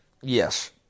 yes